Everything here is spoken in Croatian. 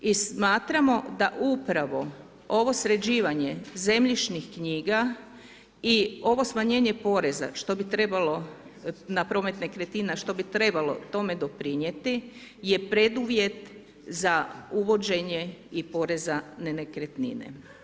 I smatramo da upravo ovo sređivanje zemljišnih knjiga i ovo smanjenje poreza što bi trebalo, na promet nekretnina, što bi trebalo tome doprinjeti je preduvjet za uvođenje i poreza na nekretnine.